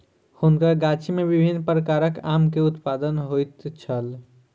हुनकर गाछी में विभिन्न प्रकारक आम के उत्पादन होइत छल